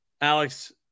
Alex